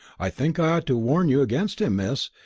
i think i ought to warn you against him, miss.